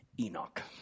Enoch